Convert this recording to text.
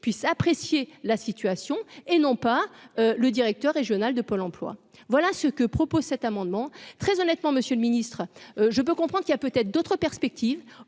puisse apprécier la situation et non pas le directeur régional de Pôle Emploi, voilà ce que propose cet amendement très honnêtement Monsieur le Ministre, je peux comprendre qu'il a peut-être d'autres perspectives